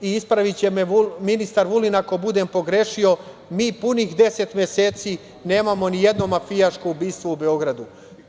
Ispraviće me ministar Vulin ako budem pogrešio, mi punih 10 meseci nemamo ni jedno mafijaško ubistvo u Beogradu.